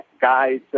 guys